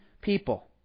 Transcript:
people